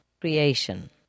creation